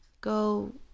go